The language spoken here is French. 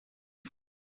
four